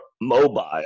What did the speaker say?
mobile